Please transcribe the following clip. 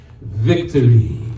victory